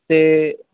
ਅਤੇ